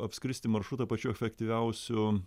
apskristi maršrutą pačiu efektyviausiu